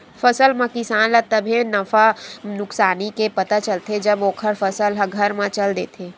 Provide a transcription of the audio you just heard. फसल म किसान ल तभे नफा नुकसानी के पता चलथे जब ओखर फसल ह घर म चल देथे